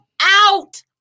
out